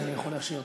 אז אני יכול לאשר,